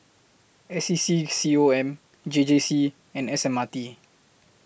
S E C C O M J J C and S M R T